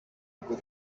gulu